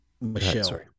Michelle